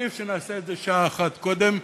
עדיף שנעשה את זה שעה אחת קודם,